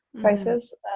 prices